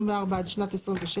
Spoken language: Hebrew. עד שנת 27'